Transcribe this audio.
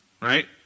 right